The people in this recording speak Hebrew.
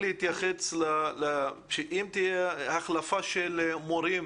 אם תהיה החלפה של מורים